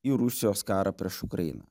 į rusijos karą prieš ukrainą